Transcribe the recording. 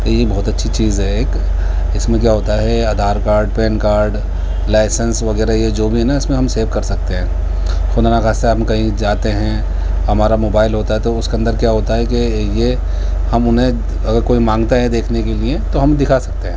یہ بہت اچھی چیز ہے ایک اس میں کیا ہوتا ہے Aadhaar card PAN card license وغیرہ یہ جو بھی ہے نہ اس میں ہم سیو کر سکتے ہیں خدا نخواستہ ہم کہیں جاتے ہیں ہمارا موبائل ہوتا ہے تو اس کے اندر کیا ہوتا ہے کہ یہ ہم انہیں اگر کوئی مانگتا ہے دیکھنے کے لیے تو ہم دکھا سکتے ہیں